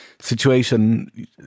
situation